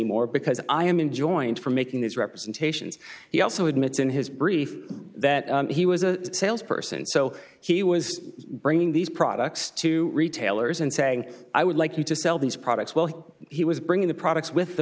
anymore because i am in joint for making these representations he also admits in his brief that he was a sales person so he was bringing these products to retailers and saying i would like you to sell these products while he was bringing the products with the